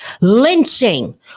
lynching